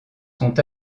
sont